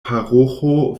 paroĥo